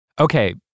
Okay